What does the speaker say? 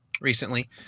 recently